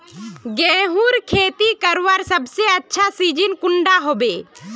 गेहूँर खेती करवार सबसे अच्छा सिजिन कुंडा होबे?